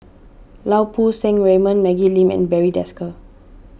Lau Poo Seng Raymond Maggie Lim and Barry Desker